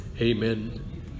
Amen